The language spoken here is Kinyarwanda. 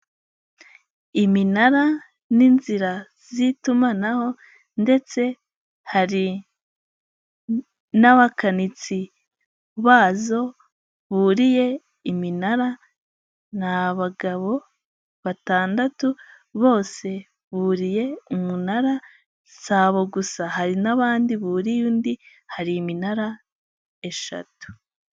Iminara n'inzira z'itumanaho ndetse hari n'abakanitsi bazo buriye iminara ni abagabo batandatu bose buriye umunara si abo gusa hari n'abandi buriye undi hari iminara eshatu.